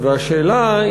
והשאלה,